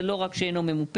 זה לא רק שאינו ממופה.